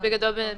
ישיר מול האזרח